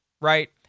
right